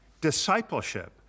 discipleship